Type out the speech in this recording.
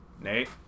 Nate